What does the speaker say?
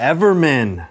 Everman